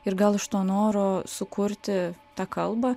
ir gal iš to noro sukurti tą kalbą